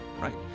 Right